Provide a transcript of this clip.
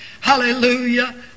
Hallelujah